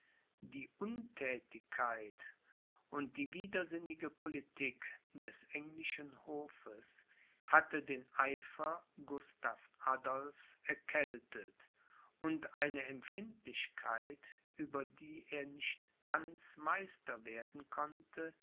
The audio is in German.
die unthätigkeit und die widersinnige politik des englischen hofes hatte den eifer gustav adolphs erkältet und eine empfindlichkeit über die er nicht ganz meister werden konnte